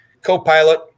co-pilot